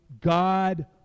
God